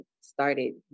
started